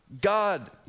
God